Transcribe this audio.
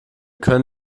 können